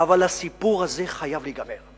אבל הסיפור הזה חייב להיגמר.